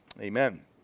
Amen